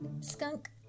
skunk